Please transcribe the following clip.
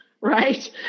right